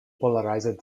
polarized